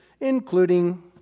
including